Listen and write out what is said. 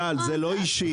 גל, זה לא אישי.